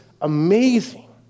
amazing